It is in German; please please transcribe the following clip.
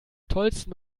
tollsten